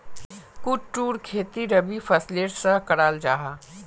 कुट्टूर खेती रबी फसलेर सा कराल जाहा